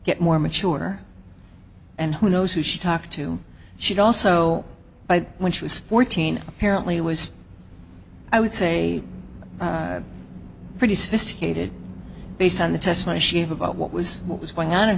get more mature and who knows who she talked to she also by when she was fourteen apparently was i would say pretty sophisticated based on the testimony she have about what was what was going on